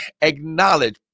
acknowledge